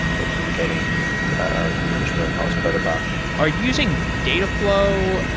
we're communicating our communication protocol is protobuf are using data flow,